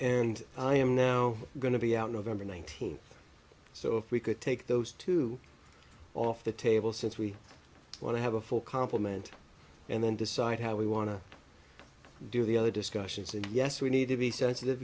and i am now going to be out november nineteenth so we could take those two off the table since we want to have a full complement and then decide how we want to do the other discussions and yes we need to be sensitive